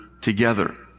together